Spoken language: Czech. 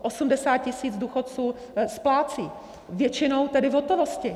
Osmdesát tisíc důchodců splácí, většinou tedy v hotovosti.